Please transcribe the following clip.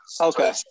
Okay